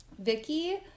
Vicky